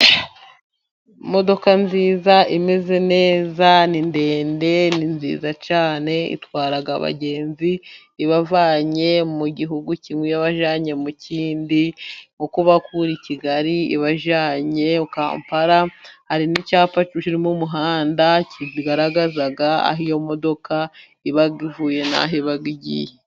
Imodoka nziza imeze neza, ni ndende ni nziza cyane, itwara abagenzi ibavanye mu gihugu kimwe, ibabajyanye mu kindi, nko kubakura i kigali ibajyanye kampala, hari ni icyapa kiri mu muhanda, kigaragaza aho iyo modoka iba ivuye, n'aho iba igiye.